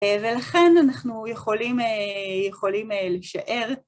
ולכן אנחנו יכולים, יכולים להישאר.